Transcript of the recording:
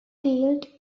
dealt